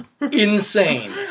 insane